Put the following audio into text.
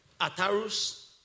Atarus